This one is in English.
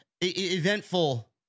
eventful